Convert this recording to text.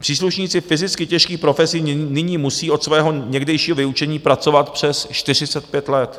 Příslušníci fyzicky těžkých profesí nyní musí od svého někdejšího vyučení pracovat přes 45 let.